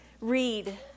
read